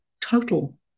total